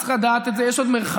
צריך לדעת את זה, יש עוד מרחק.